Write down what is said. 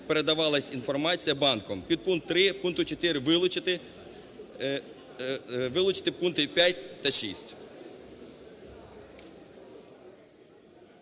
передавалась інформація банком". Підпункт 3 пункт 4 вилучити, вилучити пункти 5 та 6.